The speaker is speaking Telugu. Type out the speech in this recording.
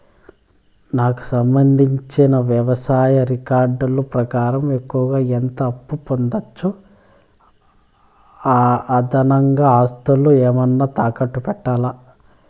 నాకు సంబంధించిన వ్యవసాయ రికార్డులు ప్రకారం ఎక్కువగా ఎంత అప్పు పొందొచ్చు, అదనంగా ఆస్తులు ఏమన్నా తాకట్టు పెట్టాలా?